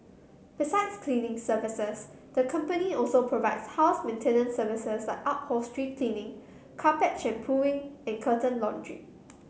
besides cleaning services the company also provides house maintenance services like upholstery cleaning carpet shampooing and curtain laundry